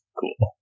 cool